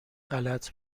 غلط